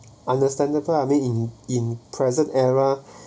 understandable I mean in in present era